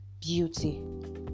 beauty